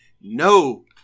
no